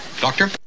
doctor